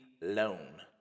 loan